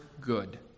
good